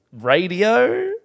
radio